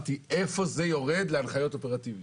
אמרתי איפה זה יורד להנחיות אופרטיביות,